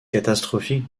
catastrophique